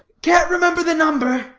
can't remember the number?